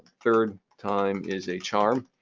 third time is a charm.